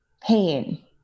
pain